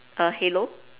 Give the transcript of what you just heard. err halo